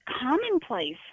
commonplace